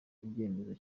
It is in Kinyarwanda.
icyemezo